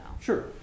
Sure